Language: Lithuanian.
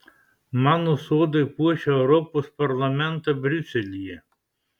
mano sodai puošia europos parlamentą briuselyje